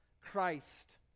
Christ